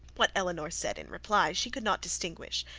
what elinor said in reply she could not distinguish,